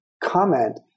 comment